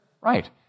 Right